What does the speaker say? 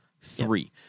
Three